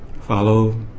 Follow